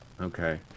okay